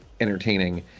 entertaining